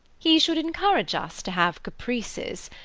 he should encourage us to have caprices,